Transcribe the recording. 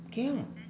can